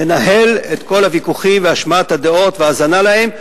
לנהל את כל הוויכוחים והשמעת הדעות והאזנה להן,